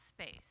space